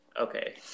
Okay